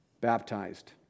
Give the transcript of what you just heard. baptized